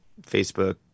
Facebook